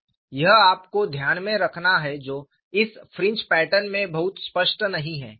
यह आपको ध्यान में रखना है जो इस फ्रिंज पैटर्न में बहुत स्पष्ट नहीं है